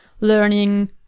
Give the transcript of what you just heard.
learning